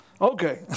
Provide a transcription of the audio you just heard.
Okay